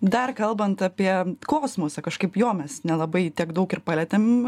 dar kalbant apie kosmosą kažkaip jo mes nelabai tiek daug ir palietėm